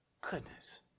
Goodness